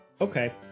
Okay